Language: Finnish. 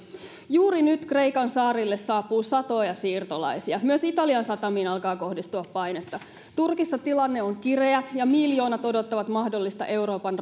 juuri nyt kreikan saarille saapuu satoja siirtolaisia myös italian satamiin alkaa kohdistua painetta turkissa tilanne on kireä ja miljoonat odottavat mahdollista euroopan